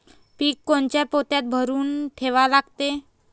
पीक कोनच्या पोत्यात भरून ठेवा लागते?